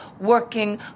working